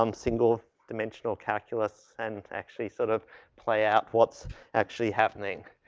um single dimensional calculus and actually sort of play out what's actually happening.